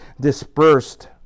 dispersed